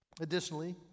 Additionally